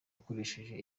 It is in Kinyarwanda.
ukoresheje